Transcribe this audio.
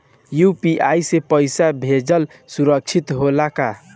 UPI से पैसा भेजल सुरक्षित होला का?